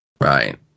Right